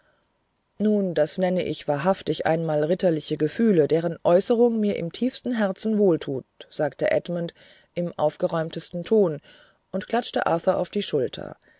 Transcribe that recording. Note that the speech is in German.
nun das nenne ich wahrhaftig einmal ritterliche gefühle deren äußerung mir im tiefsten herzen wohltut sagte edmund im aufgeräumtesten ton und klatschte arthur auf die schulter